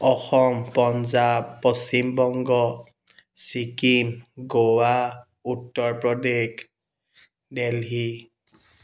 Assam Punjab Paschim Banga Sikkim Goa Uttar Pradesh Delhi